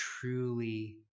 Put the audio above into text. truly